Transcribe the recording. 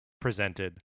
presented